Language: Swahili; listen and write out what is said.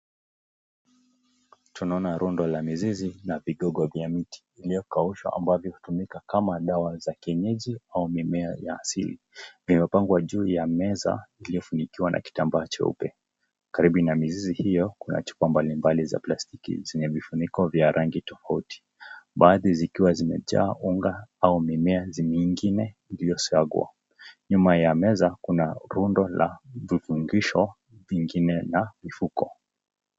Tunaona rundo la mizizi na vigogo vya miti iliyokaushwa ambavyo hutumika kama dawa za kienyeji au mimea ya siri, inayopangwa juu ya meza iliyofunikiwa na kitambaa jeupe karibu na mizizi hiyo kuna chupa mbalimbali za plastiki zenye vifuniko vya rangi tofauti. Baadhi zikiwa zimejaa unga au mimea zingine iliyosiagwa, nyuma ya meza kuna rundo la vifungisho vingine na mifuko.